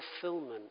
fulfillment